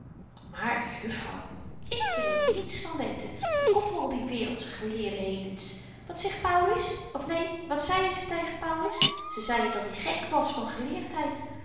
juffrouw ik wil er niets van weten dat komt van al die wereldsche geleerdhedens wat zegt paulis of neen wat zeiën ze tegen paulis ze zeiën dat-i gek was van